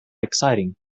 exciting